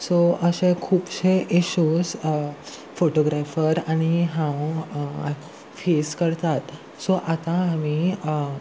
so अशें खुबशे issues photographer आनी हांव फेस करतात सो आतां आमी